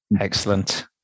Excellent